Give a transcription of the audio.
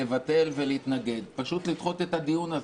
לבטל ולהתנגד פשוט לדחות את הדיון הזה,